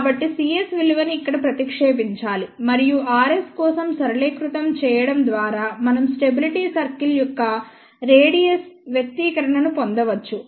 కాబట్టిcs విలువను ఇక్కడ ప్రతిక్షేపించాలి మరియు rs కోసం సరళీకృతం చేయడం ద్వారా మనం స్టెబిలిటీ సర్కిల్ యొక్క రేడియస్ వ్యక్తీకరణను పొందవచ్చు